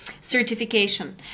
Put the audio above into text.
certification